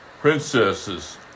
princesses